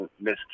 missed